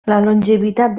longevitat